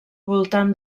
voltant